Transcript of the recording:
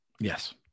Yes